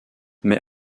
mais